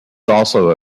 also